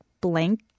blank